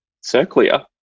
circular